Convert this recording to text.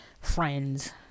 friends